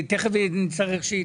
תכף היא תגיב,